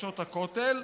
נשות הכותל,